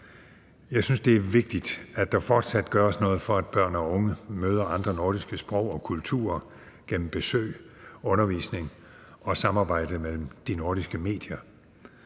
Jeg synes, det er vigtigt, at der fortsat gøres noget for, at børn og unge møder andre nordiske sprog og kulturer gennem besøg, undervisning og samarbejde mellem de nordiske medier.